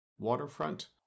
waterfront